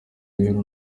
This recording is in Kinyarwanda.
rero